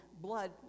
blood